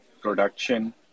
production